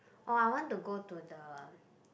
oh I want to go to the